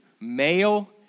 male